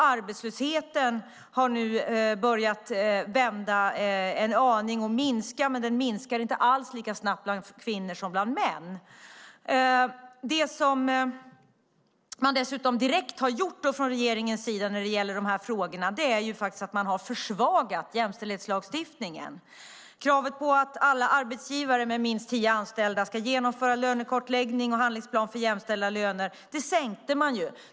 Arbetslösheten har börjat vända en aning och minskar, men den minskar inte alls lika snabbt bland kvinnor som bland män. Det man dessutom direkt har gjort från regeringens sida när det gäller de här frågorna är att försvaga jämställdhetslagstiftningen. Kravet på att alla arbetsgivare med minst tio anställda ska genomföra lönekartläggning och handlingsplan för jämställda löner sänktes.